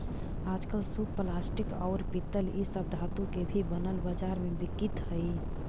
आजकल सूप प्लास्टिक, औउर पीतल इ सब धातु के भी बनल बाजार में बिकित हई